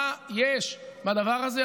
מה יש בדבר הזה?